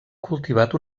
cultivat